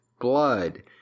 Blood